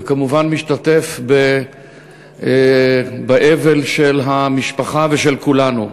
וכמובן אני משתתף באבל של המשפחה ושל כולנו.